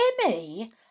Timmy